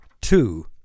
two